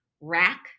Rack